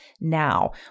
now